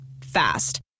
Fast